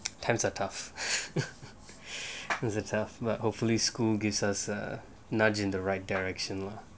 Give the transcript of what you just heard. times are tough it's a tough but hopefully school gives us a nudge in the right direction lah